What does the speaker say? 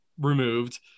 removed